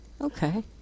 Okay